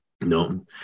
No